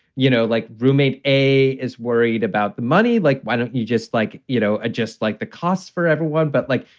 you know, like roommate a is worried about the money, like, why don't you just like, you know, just like the costs for everyone. but like,